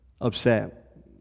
upset